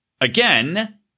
again